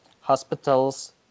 hospitals